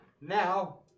Now